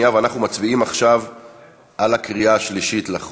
בקריאה שלישית.